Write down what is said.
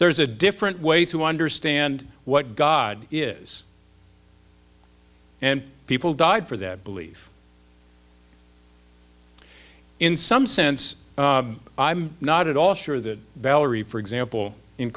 there is a different way to understand what god is and people died for that belief in some sense i'm not at all sure that valerie for example in